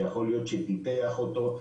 שיכול להיות שטיפח אותו,